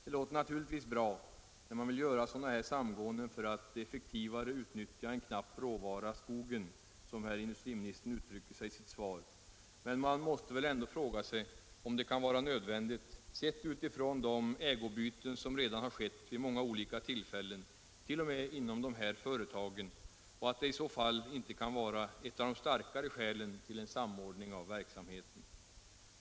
Det låter naturligtvis bra när man vill göra sådana här samgåenden för att effektivare utnyttja en knapp råvara, skogen, som herr industrimi 143 nistern uttrycker sig i sitt svar, men man måste väl ändå fråga sig om det kan vara nödvändigt, sett utifrån de ägarbyten som redan har skett vid många olika tillfällen, t.o.m. inom de här företagen; det kan inte vara ett av de starkare skälen till en samordning av verksamheten.